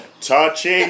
touching